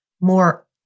more